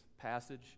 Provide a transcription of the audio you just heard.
Passage